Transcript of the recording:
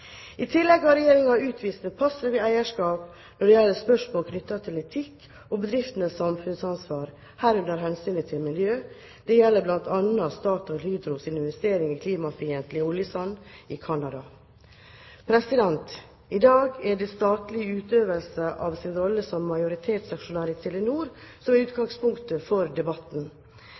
I tillegg har Regjeringen utvist et passivt eierskap når det gjelder spørsmål knyttet til etikk og bedrifters samfunnsansvar, herunder hensynet til miljø. Det gjelder bl.a. StatoilHydros investeringer i klimafiendtlig oljesand i Canada. I dag er det statens utøvelse av sin rolle som majoritetsaksjonær i Telenor som er utgangspunktet for debatten.